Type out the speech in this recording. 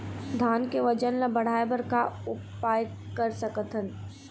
धान के वजन ला बढ़ाएं बर का उपाय कर सकथन?